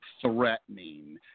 threatening